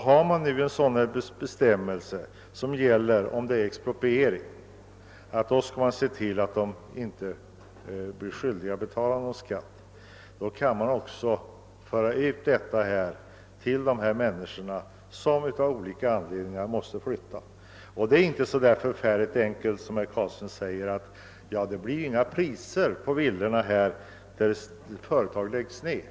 Har man för expropriering en bestämmelse, enligt vilken uppskov med realisationsvinst kan beviljas, bör samma regel kunna gälla för människor som av olika anledningar måste flytta. Vidare framhåller herr Carlstein att det inte betalas några höga priser på villor i de orter där företag läggs ner.